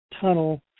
tunnel